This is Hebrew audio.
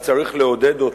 אלא צריך לעודד אותם,